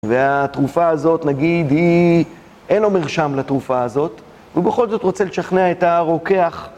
והתרופה הזאת נגיד היא, אין לו מרשם לתרופה הזאת והוא בכל זאת רוצה לשכנע את הרוקח..